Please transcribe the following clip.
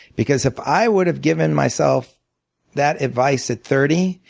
because if i would have given myself that advice at thirty,